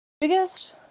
biggest